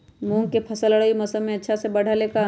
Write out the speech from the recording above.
मूंग के फसल रबी मौसम में अच्छा से बढ़ ले का?